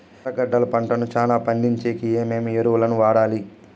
ఎర్రగడ్డలు పంటను చానా పండించేకి ఏమేమి ఎరువులని వాడాలి?